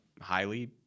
highly